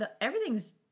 everything's